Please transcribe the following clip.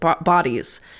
bodies